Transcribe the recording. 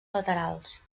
laterals